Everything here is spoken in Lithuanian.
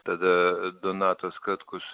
tada donatas katkus